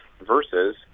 versus